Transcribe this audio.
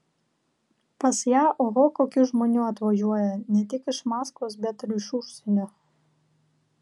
pas ją oho kokių žmonių atvažiuoja ne tik iš maskvos bet ir iš užsienio